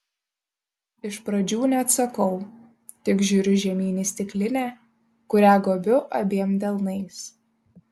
iš pradžių neatsakau tik žiūriu žemyn į stiklinę kurią gobiu abiem delnais